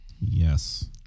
Yes